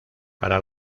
para